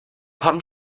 pump